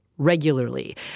regularly